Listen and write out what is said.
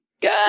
Good